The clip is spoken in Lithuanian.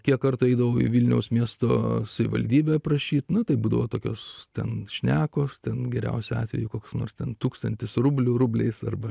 kiek kartų eidavau į vilniaus miesto savivaldybę prašyti na taip būdavo tokios ten šnekos ten geriausiu atveju koks nors ten tūkstantis rublių rubliais arba